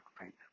right